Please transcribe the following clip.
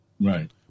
right